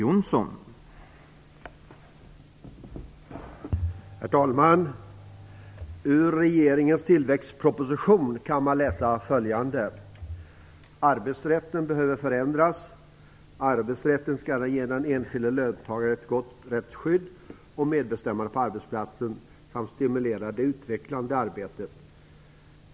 Herr talman! I regeringens tillväxtproposition kan man läsa följande: "Arbetsrätten behöver förändras. Arbetsrätten skall ge den enskilde löntagaren ett gott rättsskydd och medbestämmande på arbetsplatsen samt stimulera det utvecklande arbetet.